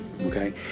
okay